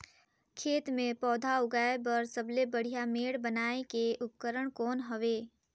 खेत मे पौधा उगाया बर सबले बढ़िया मेड़ बनाय के उपकरण कौन हवे?